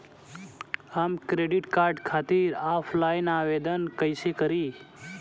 हम credit card खातिर offline आवेदन कइसे करि?